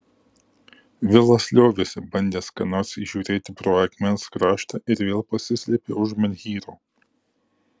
vilas liovėsi bandęs ką nors įžiūrėti pro akmens kraštą ir vėl pasislėpė už menhyro